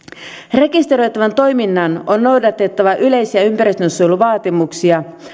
rekisteröitävän toiminnan on noudatettava yleisiä ympäristönsuojeluvaatimuksia